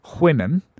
women